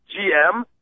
gm